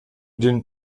den